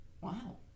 Wow